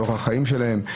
לאורח החיים שלהם,